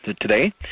today